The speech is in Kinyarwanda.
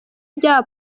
rya